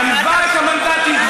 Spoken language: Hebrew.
גנבה את המנדטים,